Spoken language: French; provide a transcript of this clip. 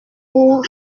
pour